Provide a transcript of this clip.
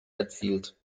erzielt